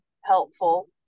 helpful